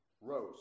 rose